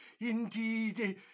indeed